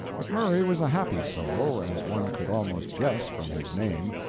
mcmurry was a happy soul, as one could almost guess from his name.